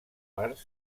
parts